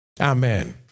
Amen